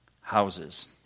houses